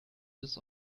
this